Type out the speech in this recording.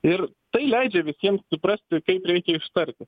ir tai leidžia visiems suprasti kaip reikia ištarti